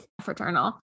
fraternal